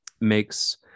makes